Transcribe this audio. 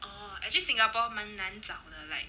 orh actually singapore 蛮难找的 like